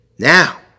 Now